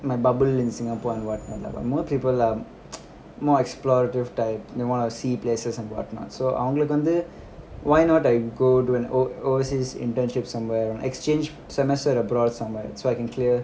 my bubble in singapore and what most people are more exploratorative type they want to see places and what not so அவங்களுக்குவந்து:avangalukku vandhu why not I go do an o~ overseas internship somewhere exchange semester abroad somewhere so I can clear